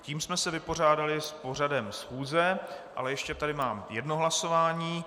Tím jsme se vypořádali s pořadem schůze, ale ještě tady mám jedno hlasování.